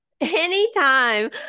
Anytime